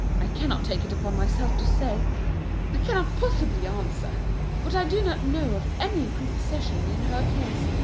i cannot take it upon myself to say i cannot possibly answer but i do not know of any prepossession in her case,